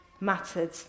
mattered